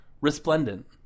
Resplendent